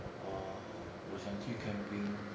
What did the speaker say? oh 我想去 camping